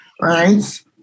right